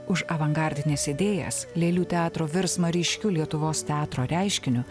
už avangardines idėjas lėlių teatro virsmą ryškiu lietuvos teatro reiškiniu